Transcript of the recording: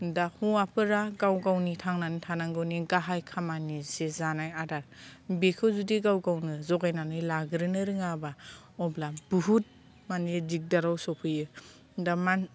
दा हौवाफोरा गाव गावनि थांनानै थानांगौनि गाहाय खामानि जे जानाय आदार बेखौ जुदि गाव गावनो जगायनानै लाग्रोनो रोङाब्ला अब्ला बहुद माने दिगदाराव सफैयो दा माने